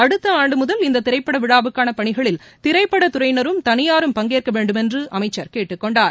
அடுத்த ஆண்டு முதல் இந்த திரைப்பட விழாவுக்கான பணிகளில் திரைப்படத்துறையினரும் தனியாரும் பங்கேற்க வேண்டும் என்று அமைச்சர் கேட்டுக்கொண்டார்